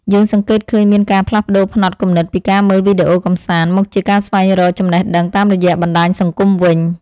យើងសង្កេតឃើញមានការផ្លាស់ប្តូរផ្នត់គំនិតពីការមើលវីដេអូកម្សាន្តមកជាការស្វែងរកចំណេះដឹងតាមរយៈបណ្តាញសង្គមវិញ។